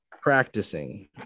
Practicing